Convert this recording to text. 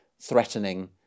threatening